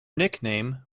nickname